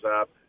up